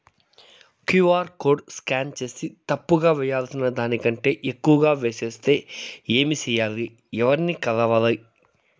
QR code scan సేసి తప్పు గా వేయాల్సిన దానికంటే ఎక్కువగా వేసెస్తే ఏమి సెయ్యాలి? ఎవర్ని కలవాలి?